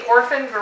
Orphan